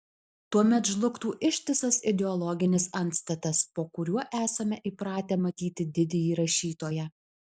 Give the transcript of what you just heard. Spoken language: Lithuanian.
tuomet žlugtų ištisas ideologinis antstatas po kuriuo esame įpratę matyti didįjį rašytoją